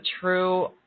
true